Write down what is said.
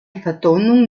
vertonung